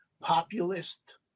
populist